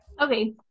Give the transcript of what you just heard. Okay